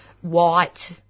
white